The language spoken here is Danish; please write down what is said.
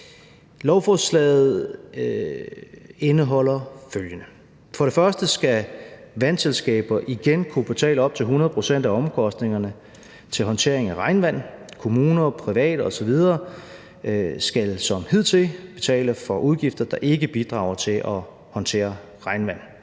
Lovforslaget indeholder følgende: For det første skal vandselskaber igen kunne betale op til 100 pct. af omkostningerne til håndtering af regnvand. Kommuner, private osv. skal som hidtil betale for udgifter, der ikke bidrager til at håndtere regnvand.